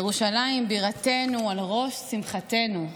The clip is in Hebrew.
ירושלים בירתנו על ראש שמחתנו.